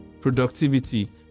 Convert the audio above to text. productivity